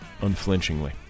Unflinchingly